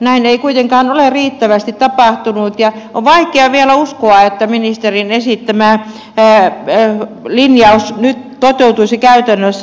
näin ei kuitenkaan ole riittävästi tapahtunut ja on vaikea vielä uskoa että ministerin esittämä linjaus nyt toteutuisi käytännössä